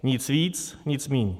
Nic víc, nic míň.